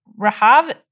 Rahav